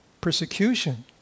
persecution